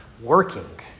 working